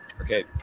Okay